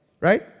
right